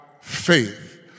faith